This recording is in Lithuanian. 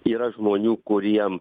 yra žmonių kuriem